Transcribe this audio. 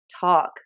talk